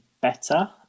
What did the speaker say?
better